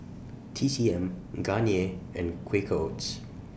T C M Garnier and Quaker Oats